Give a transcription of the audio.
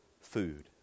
food